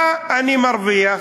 מה אני מרוויח?